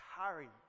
hurry